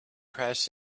press